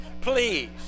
Please